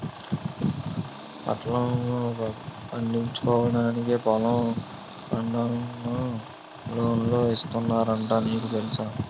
పంటల్ను పండించుకోవడానికి పొలం పండాలన్నా లోన్లు ఇస్తున్నారట నీకు తెలుసా?